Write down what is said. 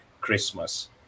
Christmas